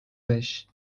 beş